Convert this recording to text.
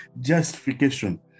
Justification